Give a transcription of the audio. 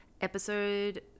episode